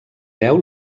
veu